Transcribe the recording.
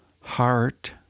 heart